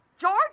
George